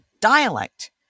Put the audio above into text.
dialect